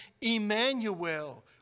Emmanuel